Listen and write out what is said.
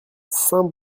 saint